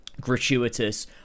gratuitous